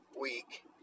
week